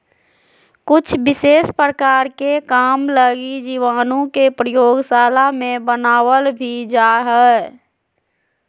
कुछ विशेष प्रकार के काम लगी जीवाणु के प्रयोगशाला मे बनावल भी जा हय